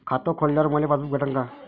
खातं खोलल्यावर मले पासबुक भेटन का?